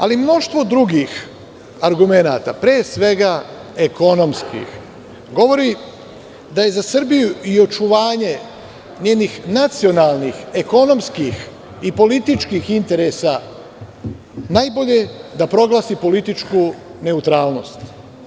Ali, mnoštvo drugih argumenata, pre svega ekonomskih, govori da je za Srbiju i očuvanje njenih nacionalnih, ekonomskih i političkih interesa najbolje da proglasi političku neutralnost.